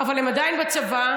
אבל הם עדיין בצבא.